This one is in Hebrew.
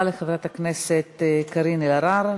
תודה רבה לחברת הכנסת קארין אלהרר.